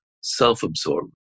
self-absorbed